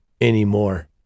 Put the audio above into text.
anymore